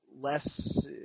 less